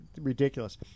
ridiculous